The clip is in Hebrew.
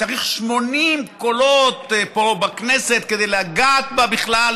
שצריך 80 קולות פה בכנסת כדי לגעת בה בכלל,